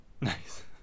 nice